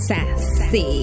Sassy